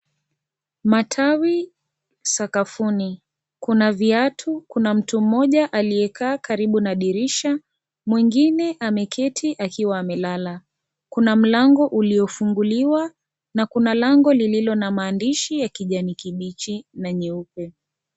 Matawi sakafuni, kuna viatu, kuna mtu mmoja aliyekaa karibu na dirisha mwingine ameketi akiwa amelala, kuna mlango uliofunguliwa na kuna lango lililo na maandishi ya kijani kibichi na nyeupe.